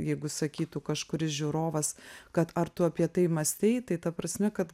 jeigu sakytų kažkuris žiūrovas kad ar tu apie tai mąstei tai ta prasme kad